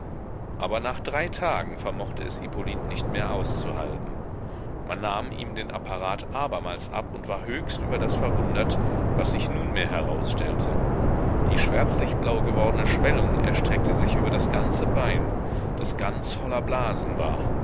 aber nach drei tagen vermochte es hippolyt nicht mehr auszuhalten man nahm ihm den apparat abermals ab und war höchst über das verwundert was sich nunmehr herausstellte die schwärzlichblau gewordene schwellung erstreckte sich über das ganze bein das ganz voller blasen war